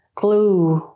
glue